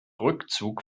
rückzug